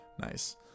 Nice